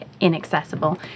inaccessible